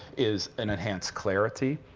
is an enhanced clarity,